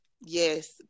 Yes